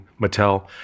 Mattel